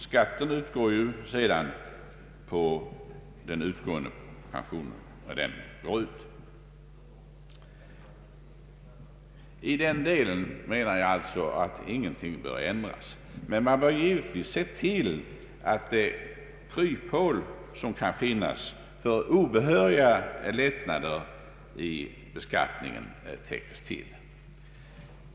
Skatten utgår sedan på pensionen när den betalas ut. Jag anser att ingenting bör ändras i den delen. Man bör inskränka sig till att vidtaga sådana åtgärder att de kryphål, som kan finnas för obehöriga lättnader i beskattningen, täpps till.